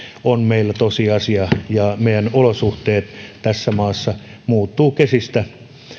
on meillä tosiasia ja meidän olosuhteet tässä maassa muuttuvat kesistä